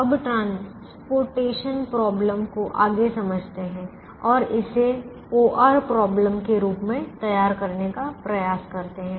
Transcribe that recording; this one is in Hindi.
अब परिवहन समस्या को आगे समझते हैं और इसे ओ आर समस्या के रूप में तैयार करने का प्रयास करते हैं